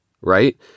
right